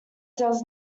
does